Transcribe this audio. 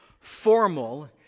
formal